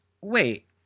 Wait